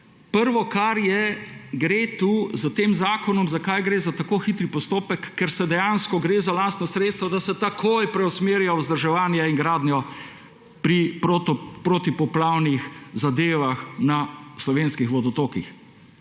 prvo, kar je, zakaj gre tukaj s tem zakonom za tako hitri postopek. Ker se dejansko gre za lastna sredstva, da se takoj preusmerijo v vzdrževanja in gradnjo pri protipoplavnih zadevah na slovenskih vodotokih.